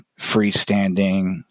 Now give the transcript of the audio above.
freestanding